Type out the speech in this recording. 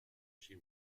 she